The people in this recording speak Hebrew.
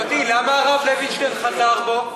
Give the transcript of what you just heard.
מוטי, למה הרב לוינשטיין חזר בו?